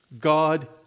God